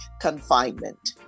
confinement